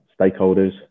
stakeholders